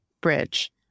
Bridge